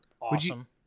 awesome